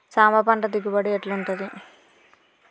సాంబ పంట దిగుబడి ఎట్లుంటది?